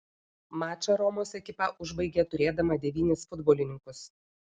mačą romos ekipa užbaigė turėdama devynis futbolininkus